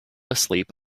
asleep